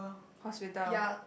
hospital